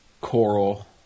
Coral